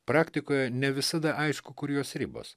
praktikoje ne visada aišku kur jos ribos